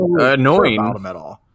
Annoying